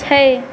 छओ